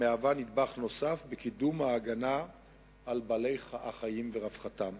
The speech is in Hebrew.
המהווה נדבך נוסף בקידום ההגנה על בעלי-החיים ורווחתם.